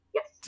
Yes